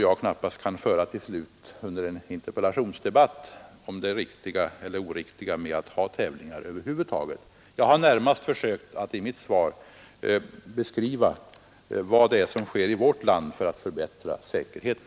Jag har försökt att i mitt svar beskriva vad som sker i vårt land för att förbättra säkerheten.